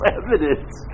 evidence